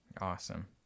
Awesome